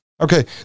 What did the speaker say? Okay